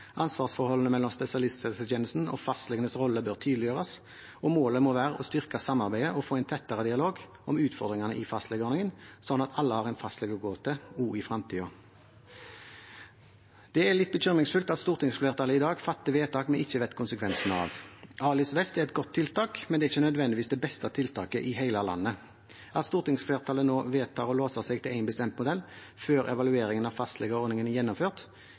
Ansvarsforholdene mellom spesialisthelsetjenesten og fastlegenes rolle bør tydeliggjøres. Målet må være å styrke samarbeidet og få en tettere dialog om utfordringene i fastlegeordningen, slik at alle har en fastlege å gå til i fremtiden. Det er bekymringsfullt at stortingsflertallet i dag fatter vedtak vi ikke vet konsekvensen av. ALIS-Vest er et godt tiltak, men det er ikke nødvendigvis det beste tiltaket i hele landet. At stortingsflertallet nå vedtar å låse seg til en bestemt modell før evalueringen av fastlegeordningen er gjennomført,